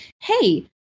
Hey